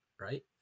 right